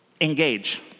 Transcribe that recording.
engage